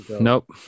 nope